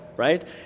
right